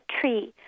tree